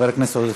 חבר הכנסת עודד